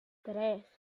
tres